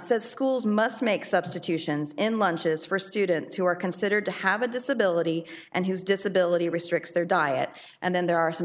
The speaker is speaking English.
says schools must make substitutions in lunches for students who are considered to have a disability and whose disability restricts their diet and then there are some